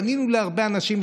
פנינו להרבה אנשים,